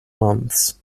months